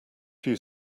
few